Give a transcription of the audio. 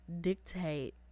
dictate